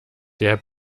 der